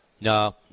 No